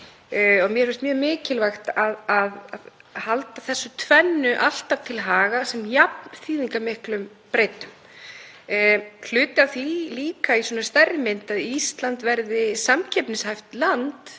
Mér finnst mjög mikilvægt að halda þessu tvennu alltaf til haga sem jafn þýðingarmiklum breytum. Hluti af því líka, í svona stærri mynd að Ísland verði samkeppnishæft land